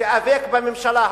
תיאבק בממשלה.